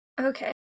Okay